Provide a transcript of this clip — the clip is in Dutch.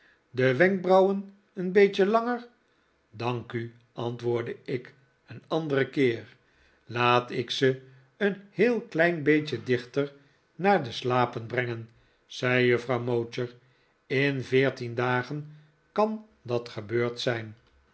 de wenkbrauwen een beetje langer dank u antwoordde ik een anderen keer laat ik ze een heel klein beetje dichter naar de slapen brengen zei juffrouw mowcher in veertien dagen kan dat gebeurd zijn